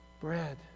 bread